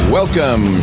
welcome